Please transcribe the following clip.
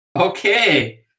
Okay